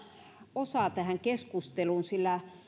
osaa tähän keskusteluun sillä